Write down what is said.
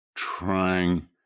Trying